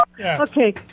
Okay